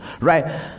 right